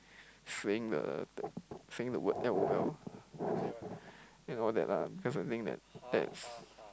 showing the the showing the word L_O_L and all that lah cause I think that that's